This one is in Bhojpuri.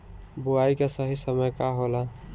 बुआई के सही समय का होला?